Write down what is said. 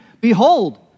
Behold